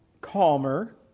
calmer